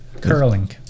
Curling